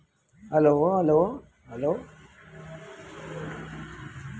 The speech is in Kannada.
ಪಾಪ್ಕಾರ್ನ್ ಕೆಲವು ಪ್ರಭೇದದ್ ಕಾಳುಗಳಾಗಿವೆ ಇವನ್ನು ಬಿಸಿ ಮಾಡಿದಾಗ ಸಿಡಿದು ಮೆದುವಾದ ಚೂರುಗಳಾಗುತ್ವೆ